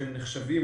נכון שהם נחשבים